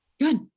Good